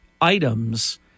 items